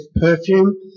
perfume